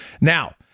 Now